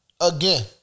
Again